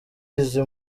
izi